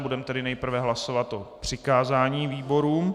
Budeme nejprve hlasovat o přikázání výborům.